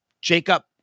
Jacob